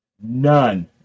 none